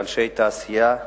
אנשי תעשייה,